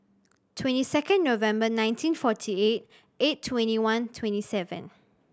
twenty second November nineteen forty eight eight twenty one twenty seven